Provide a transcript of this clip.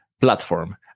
platform